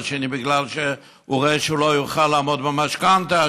השני בגלל שהוא רואה שהוא לא יוכל לעמוד במשכנתה,